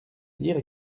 dire